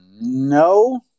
no